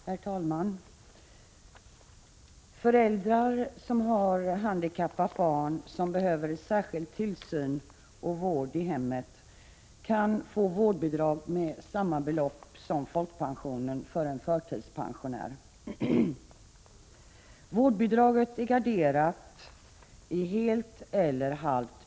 Herr talman! Föräldrar som har ett handikappat barn som behöver särskild tillsyn och vård i hemmet kan få ett vårdbidrag som motsvarar folkpensionen för en förtidspensionär. Vårdbidraget är antingen helt eller halvt.